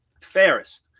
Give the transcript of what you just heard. Fairest